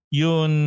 yun